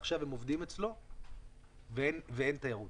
עכשיו הם עובדים אצלו ואין תיירות.